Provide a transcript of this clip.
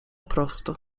prostu